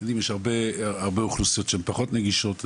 אתם יודעים יש הרבה אוכלוסיות שהן פחות נגישות,